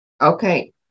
Okay